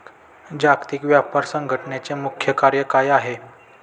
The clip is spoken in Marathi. जागतिक व्यापार संघटचे मुख्य कार्य काय आहे?